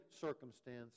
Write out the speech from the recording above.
circumstance